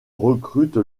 recrute